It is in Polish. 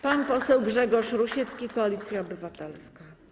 Pan poseł Grzegorz Rusiecki, Koalicja Obywatelska.